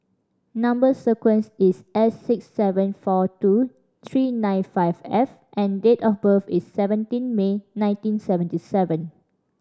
number sequence is S six seven four two three nine five F and date of birth is seventeen May nineteen seventy seven